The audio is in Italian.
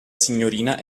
signorina